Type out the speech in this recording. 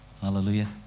Hallelujah